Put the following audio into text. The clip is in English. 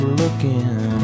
looking